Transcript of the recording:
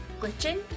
glitching